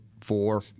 four